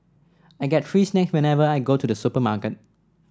I get free snacks whenever I go to the supermarket